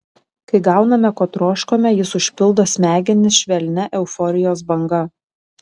kai gauname ko troškome jis užpildo smegenis švelnia euforijos banga